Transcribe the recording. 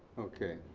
okay.